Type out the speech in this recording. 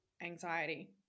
anxiety